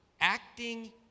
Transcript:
acting